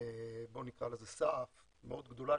בוא נקרא לזה סעף מאוד גדולה,